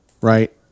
Right